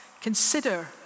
consider